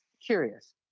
curious